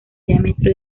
diámetro